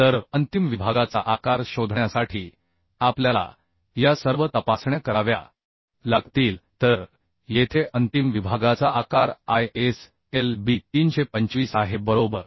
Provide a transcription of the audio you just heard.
तर अंतिम विभागाचा आकार शोधण्यासाठी आपल्याला या सर्व तपासण्या कराव्या लागतील तर येथे अंतिम विभागाचा आकार ISLB 325 आहे बरोबर